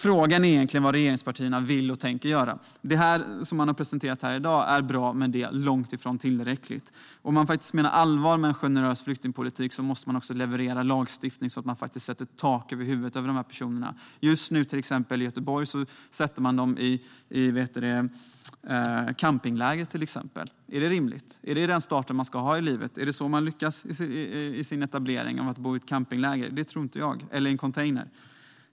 Frågan är egentligen vad regeringspartierna vill och tänker göra. Det som man har presenterat här i dag är bra, men det är långt ifrån tillräckligt. Om man menar allvar med en generös flyktingpolitik måste man också leverera lagstiftning så att man faktiskt sätter tak över huvudet på de här personerna. Just nu sätter man dem till exempel i campingläger i Göteborg. Är det rimligt? Är det den starten man ska ha i livet? Lyckas man i sin etablering om man bor i ett campingläger eller en container? Det tror inte jag.